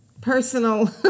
personal